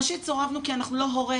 ראשית, סורבנו כי אנחנו לא הורה.